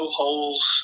holes